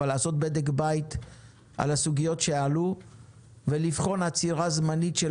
אבל לעשות בדק בית גם על הסוגיות שעלו ולבחון עצירה זמנית של